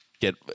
get